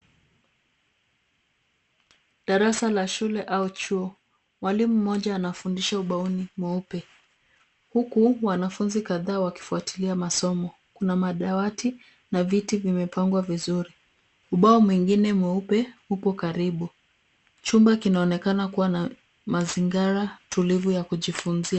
Darasa la shule au chuo. Mwalimu mmoja anafundisha ubaoni mweupe, huku wanafunzi kadhaa wakifuatilia masomo. Kuna madawati na viti vimepangwa vizuri. Ubao mwingine mweupe upo karibu. Chumba kinaonekana kuwa na mazingara tulivu ya kujifunzia.